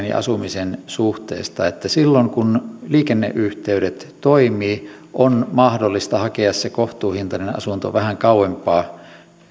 ja asumisen suhteesta että silloin kun liikenneyhteydet toimivat on mahdollista hakea se kohtuuhintainen asunto vähän kauempaa